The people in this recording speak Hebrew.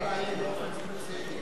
את יכולה להעיר באופן ספציפי,